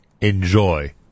enjoy